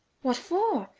what for?